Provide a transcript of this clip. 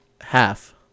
half